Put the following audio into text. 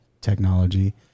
technology